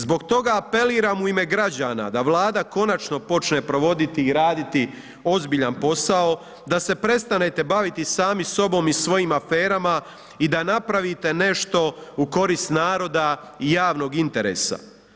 Zbog toga apeliram u ime građana da Vlada konačno počne provoditi i raditi ozbiljan posao, da se prestanete baviti sami sobom i svojim aferama i da napravite nešto u korist naroda i javnog interesa.